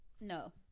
No